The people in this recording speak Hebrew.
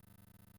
אותו,